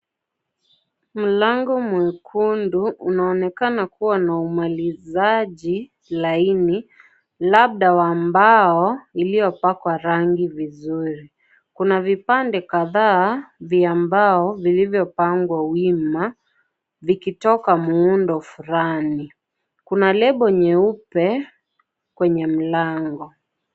Mlango mwekundu unuonekana kuwa na umalizaaji laini labda wa mbao iliyopakwa rangi vizuri. Kuna vipande kadhaa vya mbao vilivyo pangwa wima vikitoka muundo fulani . Kuna lebo nyeupe kwenye mlango.